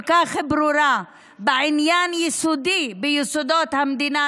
כך ברורה בעניין יסודי ביסודות המדינה,